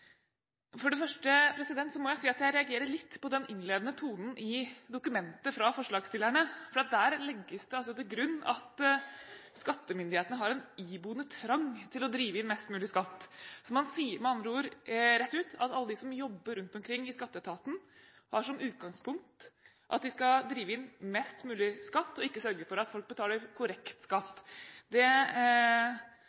For det første må jeg si at jeg reagerer litt på den innledende tonen i dokumentet fra forslagsstillerne, for der legges det til grunn at skattemyndighetene har en iboende trang til å drive inn mest mulig skatt. Man sier med andre ord rett ut at alle de som jobber rundt omkring i skatteetaten, har som utgangspunkt at de skal drive inn mest mulig skatt – ikke å sørge for at folk betaler korrekt